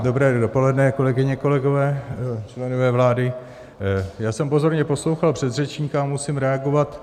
Dobré dopoledne, kolegyně, kolegové, členové vlády, já jsem pozorně poslouchal předřečníka a musím reagovat.